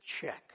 check